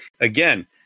again